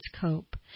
cope